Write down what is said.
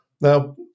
Now